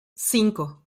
cinco